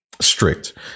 strict